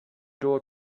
door